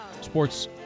sports